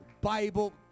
Bible